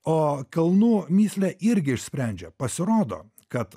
o kalnų mįslę irgi išsprendžia pasirodo kad